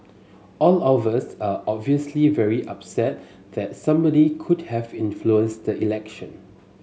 all of us are obviously very upset that somebody could have influenced the election